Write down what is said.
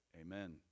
Amen